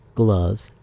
gloves